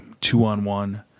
two-on-one